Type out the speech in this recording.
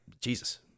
jesus